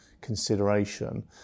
consideration